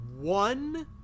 one